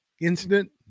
incident